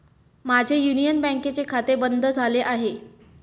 माझे युनियन बँकेचे खाते बंद झाले आहे